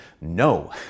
no